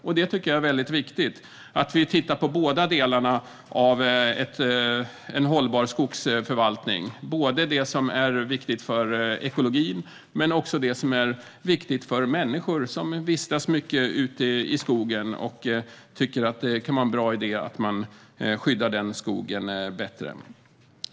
Jag tycker att det är viktigt att vi tittar på båda delarna av en hållbar skogsförvaltning, både det som är viktigt för ekologin och det som är viktigt för människor som vistas mycket ute i skogen och som tycker att det kan vara en bra idé att man skyddar den skogen bättre.